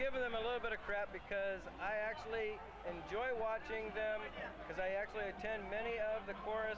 giving them a little bit of crap because i actually enjoy watching the